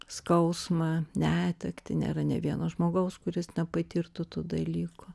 skausmą netektį nėra nė vieno žmogaus kuris nepatirtų tų dalykų